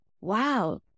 wow